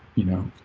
you know,